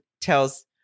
tells